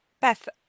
Beth